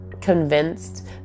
convinced